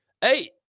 hey